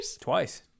Twice